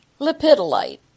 lipidolite